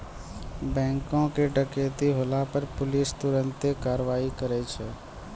बैंको के डकैती होला पे पुलिस तुरन्ते कारवाही करै छै